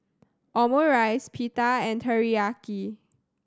Omurice Pita and Teriyaki